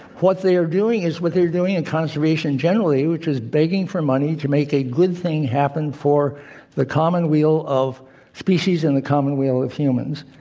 what they are doing is what they're doing in conservation generally, which is begging for money to make a good thing happen for the common wheel of species and the common wheel of humans.